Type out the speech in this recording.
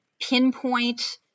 pinpoint